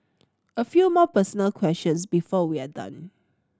a few more personal questions before we are done